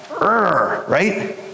right